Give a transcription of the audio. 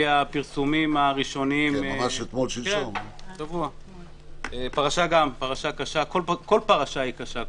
פרשה קשה, ובעצם כל פרשה היא קשה.